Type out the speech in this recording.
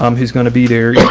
um he's going to be there yeah